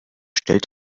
stellt